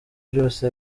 byose